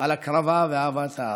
על הקרבה ואהבת הארץ.